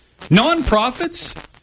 nonprofits